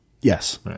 Yes